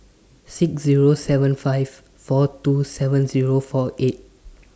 six Zero seven five four two seven Zero four eight